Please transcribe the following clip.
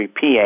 PA